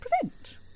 prevent